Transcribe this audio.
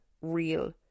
real